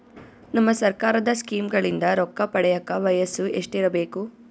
ನಮ್ಮ ಸರ್ಕಾರದ ಸ್ಕೀಮ್ಗಳಿಂದ ರೊಕ್ಕ ಪಡಿಯಕ ವಯಸ್ಸು ಎಷ್ಟಿರಬೇಕು?